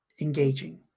engaging